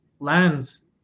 Lands